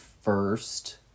first